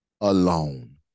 alone